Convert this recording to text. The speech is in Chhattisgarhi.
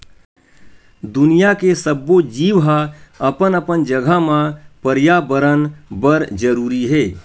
दुनिया के सब्बो जीव ह अपन अपन जघा म परयाबरन बर जरूरी हे